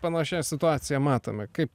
panašią situaciją matome kaip